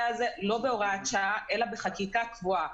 הזה לא בהוראת השעה אלא בחקיקה קבועה.